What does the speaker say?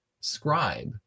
scribe